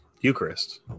Eucharist